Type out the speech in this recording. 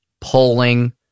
polling